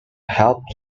helped